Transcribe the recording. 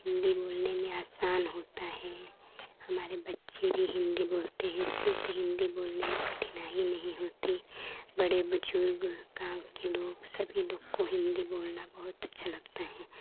हिन्दी बोलने में आसान होती है हमारे बच्चे भी हिन्दी बोलते हैं शुद्ध हिन्दी बोलने में कठिनाई नहीं होती बड़े बुजुर्ग गाँव के लोग सभी लोग को हिन्दी बोलना बहुत अच्छा लगता है